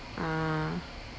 ah